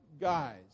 guys